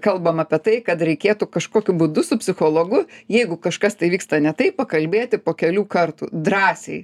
kalbam apie tai kad reikėtų kažkokiu būdu su psichologu jeigu kažkas tai vyksta ne taip pakalbėti po kelių kartų drąsiai